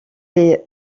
les